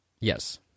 Yes